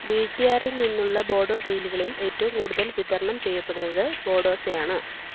B T ആറിൽ നിന്നുള്ള ബോഡോ ഡെയിലികളിൽ ഏറ്റവും കൂടുതൽ വിതരണം ചെയ്യപ്പെടുന്നത് ബോഡോസയാണ്